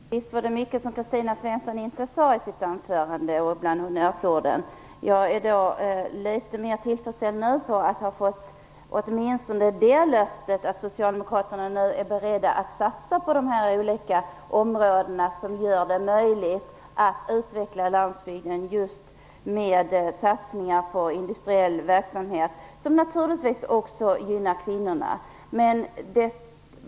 Herr talman! Visst var det mycket som Kristina Svensson inte sade i sitt anförande. Jag är nu litet mer tillfredsställd, eftersom jag åtminstone har fått det löftet, att Socialdemokraterna vill satsa på industriell verksamhet för att göra det möjligt att utveckla landsbygden. Detta skulle naturligtvis också gynna kvinnorna.